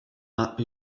map